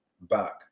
back